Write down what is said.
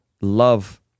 love